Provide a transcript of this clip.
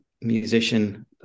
musician